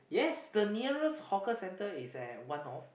the nearest hawker center is at One-North